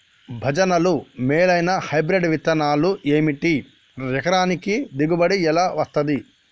భజనలు మేలైనా హైబ్రిడ్ విత్తనాలు ఏమిటి? ఎకరానికి దిగుబడి ఎలా వస్తది?